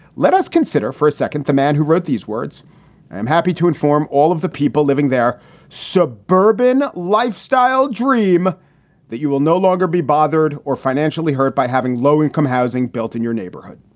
let us consider for a second the man who wrote these words. i am happy to inform all of the people living their suburban lifestyle dream that you will no longer be bothered or financially hurt by having low income housing built in your neighborhood.